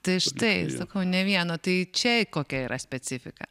tai štai sakau ne vieno tai čia kokia yra specifika